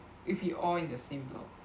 if you all in the same block